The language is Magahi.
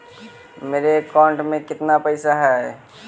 मेरे अकाउंट में केतना पैसा है?